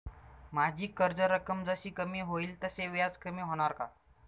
माझी कर्ज रक्कम जशी कमी होईल तसे व्याज कमी होणार का?